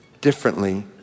differently